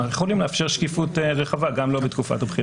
אנחנו יכולים לאפשר שקיפות רחבה גם לא בתקופת הבחירות.